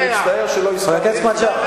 אני מצטער שלא הזכרתי את שמך,